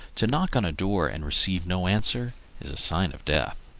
to knock on a door and receive no answer is a sign of death.